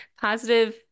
positive